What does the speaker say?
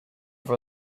from